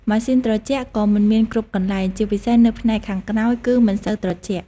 ម៉ាស៊ីនត្រជាក់ក៏មិនមានគ្រប់កន្លែង ជាពិសេសនៅផ្នែកខាងក្រោយគឺមិនសូវត្រជាក់។